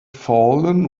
fallen